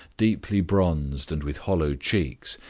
deeply bronzed, and with hollow cheeks,